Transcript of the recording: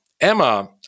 Emma